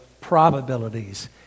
probabilities